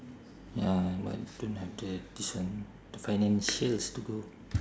ya I want to have the this one the financials to go